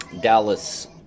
Dallas